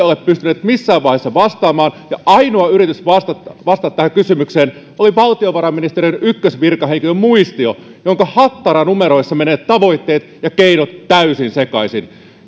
ole pystynyt missään vaiheessa vastaamaan ja ainoa yritys vastata vastata tähän kysymykseen oli valtiovarainministeriön ykkösvirkahenkilön muistio jonka hattaranumeroissa menevät tavoitteet ja keinot täysin sekaisin